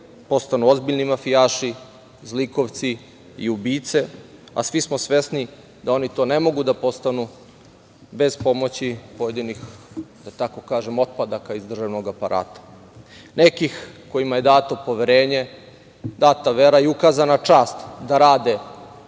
postanu ozbiljni mafijaši, zlikovci i ubice, a svi smo svesni da oni to ne mogu da postanu bez pomoći pojedinih, da tako kažem, otpadaka, iz državnog aparata, nekih kojima je dato poverenje, data vera i ukazana čast da rade